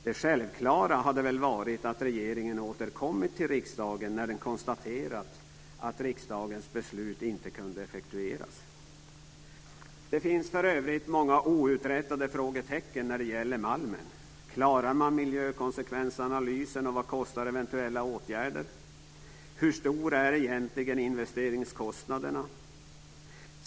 Det självklara hade väl varit att regeringen återkommit till riksdagen när den konstaterat att riksdagens beslut inte kunde effektueras. Det finns för övrigt många outrätade frågetecken när det gäller Malmen. Klarar man miljökonsekvensanalysen, och vad kostar eventuella åtgärder? Hur stora är egentligen investeringskostnaderna?